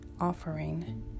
offering